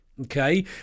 Okay